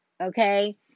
okay